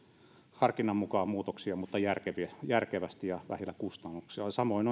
harkinnan mukaan muutoksia mutta järkevästi ja vähillä kustannuksilla samoin